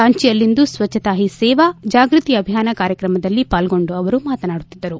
ರಾಂಚಿಯಲ್ಲಿಂದು ಸ್ವಚ್ಚತಾ ಹಿ ಸೇವಾ ಜಾಗೃತಿ ಅಭಿಯಾನ ಕಾರ್ಯಕ್ರಮದಲ್ಲಿ ಪಾಲ್ಗೊಂಡು ಅವರು ಮಾತನಾಡುತ್ತಿದ್ದರು